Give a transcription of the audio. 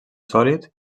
sòlid